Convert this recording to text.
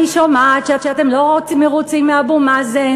אני שומעת שאתם לא מרוצים מאבו מאזן